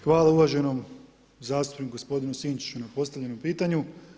Hvala uvaženom zastupniku gospodinu Sinčiću na postavljenom pitanju.